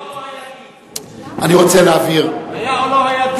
היה או לא היה דיון?